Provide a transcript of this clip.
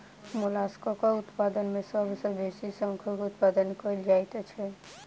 मोलास्कक उत्पादन मे सभ सॅ बेसी शंखक उत्पादन कएल जाइत छै